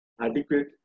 adequate